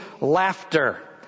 laughter